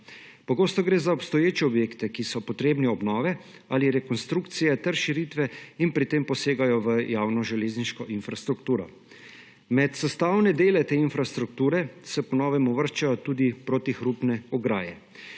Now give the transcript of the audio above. Pogosto gre za obstoječe objekte, ki so potrebni obnove ali rekonstrukcije ter širitve in pri tem posegajo v javno železniško infrastrukturo. Med sestavne dele te infrastrukture se po novem uvrščajo tudi protihrupne ograje.